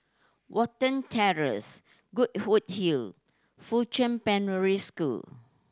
Watten Terrace Goodwood Hill and Fuchun School